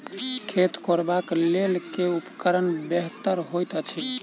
खेत कोरबाक लेल केँ उपकरण बेहतर होइत अछि?